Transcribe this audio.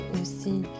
aussi